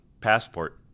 Passport